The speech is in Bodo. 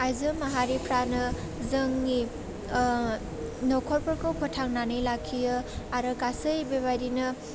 आइजो माहारिफ्रानो जोंनि नखरफोरखौ फोथांनानै लाखियो आरो गासै बेबायदिनो